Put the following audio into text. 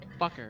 Fucker